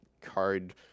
card